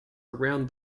around